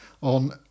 on